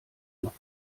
noch